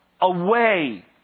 away